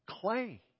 clay